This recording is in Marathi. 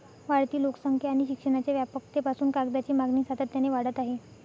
वाढती लोकसंख्या आणि शिक्षणाच्या व्यापकतेपासून कागदाची मागणी सातत्याने वाढत आहे